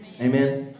Amen